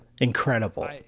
Incredible